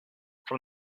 from